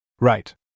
Right